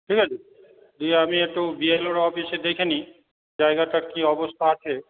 ঠিক আছে দিয়ে আমি একটু বিএলআরও অফিসে দেখে নিই জায়গাটার কি অবস্থা আছে